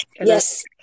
Yes